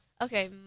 Okay